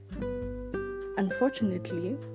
Unfortunately